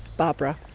barbara.